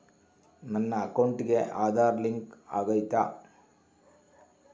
ನನ್ನ ಅಕೌಂಟಿಗೆ ಆಧಾರ್ ಲಿಂಕ್ ಆಗೈತಾ?